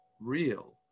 real